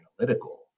analytical